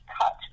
cut